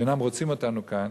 שאינם רוצים אותנו כאן,